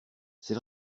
c’est